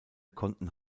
konnten